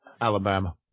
Alabama